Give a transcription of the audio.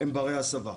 הם ברי הסבה.